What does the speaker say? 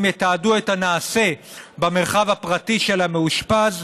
יתעדו את הנעשה במרחב הפרטי של המאושפז,